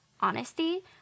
honesty